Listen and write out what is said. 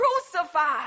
crucified